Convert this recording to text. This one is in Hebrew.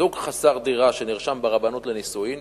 זוג חסר דירה שנרשם ברבנות לנישואין